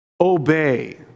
Obey